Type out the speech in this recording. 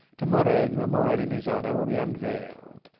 to-morrow the memorial in his honour will be unveiled.